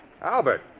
albert